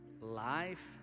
Life